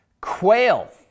quail